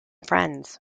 friends